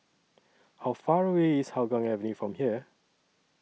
How Far away IS Hougang from here